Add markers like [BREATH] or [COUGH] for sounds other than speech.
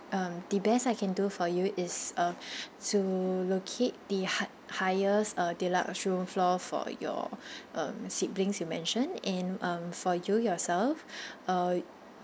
um the best I can do for you is uh [BREATH] to locate the hi~ highest uh deluxe room floor for your [BREATH] um siblings you mention and for you yourself [BREATH] uh